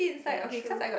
ya true